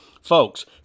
Folks